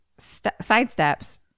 sidesteps